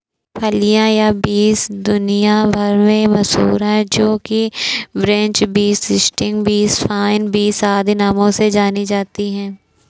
फलियां या बींस दुनिया भर में मशहूर है जो कि French beans, string beans, fine beans आदि नामों से जानी जाती है